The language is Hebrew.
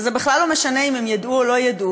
וזה בכלל לא משנה אם הם ידעו או לא ידעו,